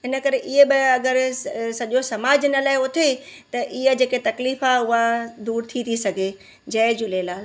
हिन करे अगरि स सॼो समाज हिन लाइ उथे त इहा जेके तकलीफ़ आहे उहा दूरि थी थी सघे जय झूलेलाल